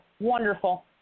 wonderful